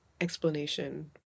explanation